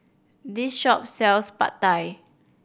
this shop sells Pad Thai